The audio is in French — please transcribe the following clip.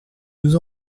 nous